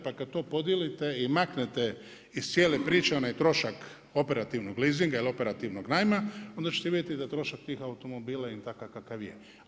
Pa kad to podijelite i maknete iz cijele priče onaj trošak operativnog leasinga ili operativnog najma, onda ćete vidjeti da trošak tih automobila je takav kakav je.